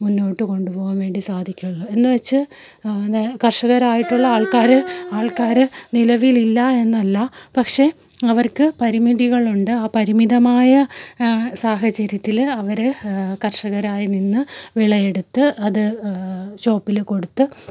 മുന്നോട്ട് കൊണ്ടുപോകാൻ വേണ്ടി സാധിക്കുകയുള്ളൂ എന്ന് വെച്ച് എന്ത് കർഷകരായിട്ടുള്ള ആൾക്കാർ ആൾക്കാർ നിലവിലില്ല എന്നല്ല പക്ഷേ അവർക്ക് പരിമിതികളുണ്ട് ആ പരിമിതമായ സാഹചര്യത്തിൽ അവർ കർഷകരായി നിന്ന് വിളയെടുത്ത് അത് ഷോപ്പിൽ കൊടുത്ത്